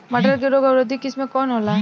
मटर के रोग अवरोधी किस्म कौन होला?